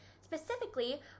Specifically